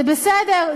זה בסדר,